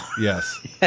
Yes